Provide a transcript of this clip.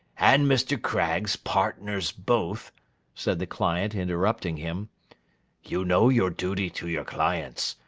and mr. craggs, partners both said the client, interrupting him you know your duty to your clients,